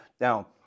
Now